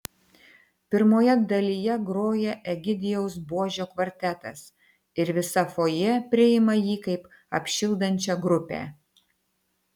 pirmoje dalyje groja egidijaus buožio kvartetas ir visa fojė priima jį kaip apšildančią grupę